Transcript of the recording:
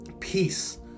peace